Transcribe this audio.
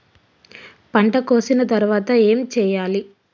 పంట కోసిన తర్వాత ఏం చెయ్యాలి?